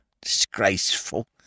disgraceful